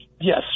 Yes